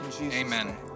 Amen